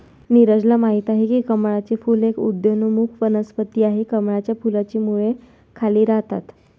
नीरजल माहित आहे की कमळाचे फूल एक उदयोन्मुख वनस्पती आहे, कमळाच्या फुलाची मुळे खाली राहतात